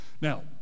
Now